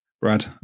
Brad